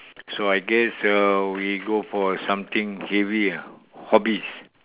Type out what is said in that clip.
so I guess uh we go for something heavy ah hobbies